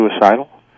suicidal